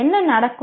என்ன நடக்கும்